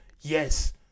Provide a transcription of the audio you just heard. yes